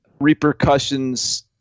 repercussions